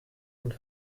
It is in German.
und